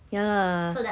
ya lah